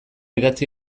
idatzi